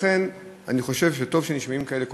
לכן אני חושב שטוב שנשמעים כאלה קולות.